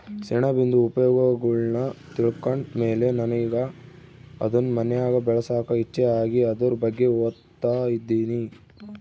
ಸೆಣಬಿಂದು ಉಪಯೋಗಗುಳ್ನ ತಿಳ್ಕಂಡ್ ಮೇಲೆ ನನಿಗೆ ಅದುನ್ ಮನ್ಯಾಗ್ ಬೆಳ್ಸಾಕ ಇಚ್ಚೆ ಆಗಿ ಅದುರ್ ಬಗ್ಗೆ ಓದ್ತದಿನಿ